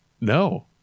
No